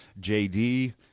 JD